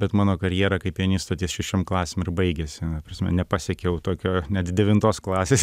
bet mano karjera kaip pianisto ties šešiom klasėm ir baigėsi ta prasme nepasiekiau tokio net devintos klasės